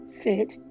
fit